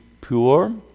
pure